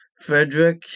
Frederick